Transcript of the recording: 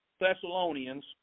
Thessalonians